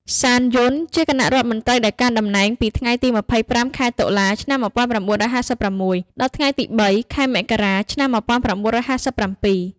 សាន យុន ជាគណៈរដ្ឋមន្ត្រីដែលកាន់តំណែងពីថ្ងៃទី ២៥ ខែតុលា ឆ្នាំ១៩៥៦ ដល់ថ្ងៃទី ៣ ខែមករា ឆ្នាំ១៩៥៧។